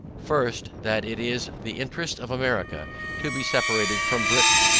first, that it is the interest of america to be separated from britain.